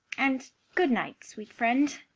and good night, sweet friend.